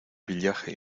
villaje